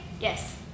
Yes